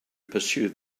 pursue